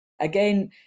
again